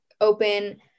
open